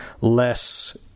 less